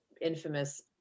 infamous